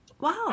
Wow